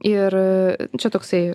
ir čia toksai